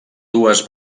dues